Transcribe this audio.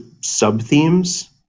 sub-themes